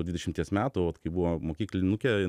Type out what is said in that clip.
dvidešimties metų vat kai buvo mokyklinukė